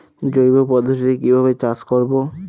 জৈব পদ্ধতিতে কিভাবে চাষ করব?